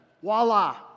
voila